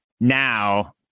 now